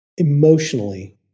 emotionally